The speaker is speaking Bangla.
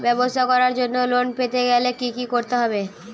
ব্যবসা করার জন্য লোন পেতে গেলে কি কি করতে হবে?